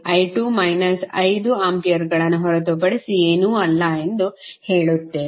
i2 minus 5 ಆಂಪಿಯರ್ಗಳನ್ನು ಹೊರತುಪಡಿಸಿ ಏನೂ ಅಲ್ಲ ಎಂದು ಹೇಳುತ್ತೇವೆ